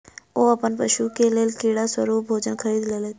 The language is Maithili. ओ अपन पशु के लेल कीड़ा स्वरूप भोजन खरीद लेलैत